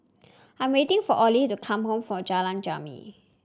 I'm waiting for Oley to come home for Jalan Jermin